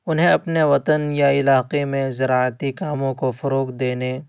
انہیں اپنے وطن یا علاقے میں زراعتی کاموں کو فروغ دینے